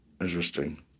Interesting